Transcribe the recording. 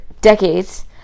decades